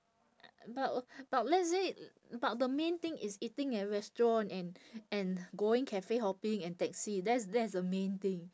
but but let's say but the main thing is eating at restaurant and and going cafe hopping and taxi that's that's a main thing